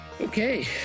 Okay